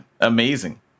amazing